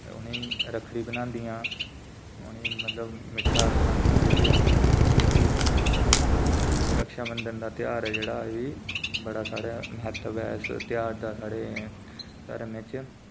उ'नेंगी रक्खड़ी ब'नादियां उ'नेंगी मतलब मिट्ठा खलांदियां जां किश बी ते रक्षा बन्धन ध्यार ऐ जेह्ड़ा एह् बी बड़ा म्हतव ऐ साढ़े धर्म बिच